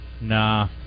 Nah